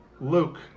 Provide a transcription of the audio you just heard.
Luke